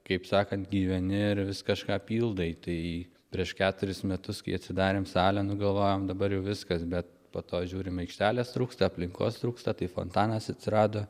kaip sakant gyveni ir vis kažką pildai tai prieš keturis metus kai atsidarėm salę nu galvojam dabar jau viskas bet po to žiūrim aikštelės trūksta aplinkos trūksta tai fontanas atsirado